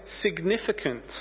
significant